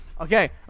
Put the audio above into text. Okay